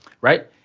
right